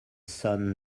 son